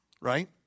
Right